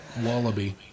wallaby